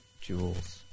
jewels